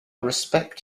respect